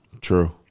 True